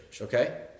okay